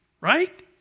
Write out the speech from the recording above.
right